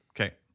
Okay